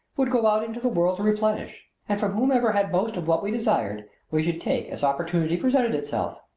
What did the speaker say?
would go out into the world to replenish, and from whomever had most of what we desired we should take as opportunity presented itself.